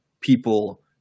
people